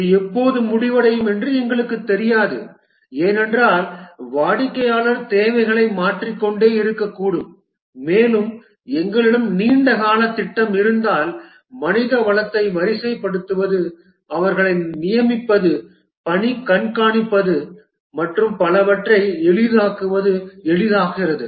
இது எப்போது முடிவடையும் என்று எங்களுக்குத் தெரியாது ஏனென்றால் வாடிக்கையாளர் தேவைகளை மாற்றிக் கொண்டே இருக்கக்கூடும் மேலும் எங்களிடம் நீண்ட காலத் திட்டம் இருந்தால் மனிதவளத்தை வரிசைப்படுத்துவது அவர்களை நியமிப்பது பணி கண்காணிப்பு மற்றும் பலவற்றை எளிதாக்குவது எளிதாகிறது